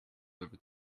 over